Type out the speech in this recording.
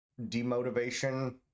Demotivation